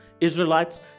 Israelites